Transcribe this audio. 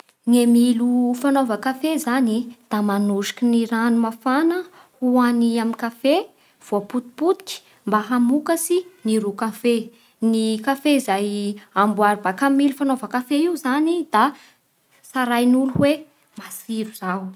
Ny milo fanaovan-kafe zany e da manosiky ny rano mafana ho any amin'ny kafe voapotipotiky mba hamokatsy ny ron-kafe. Ny kafe zay amboary baka amin'ny milo fanaovan-kafe io zany da tsarain'olo fa hoe matsiro izao.